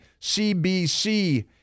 CBC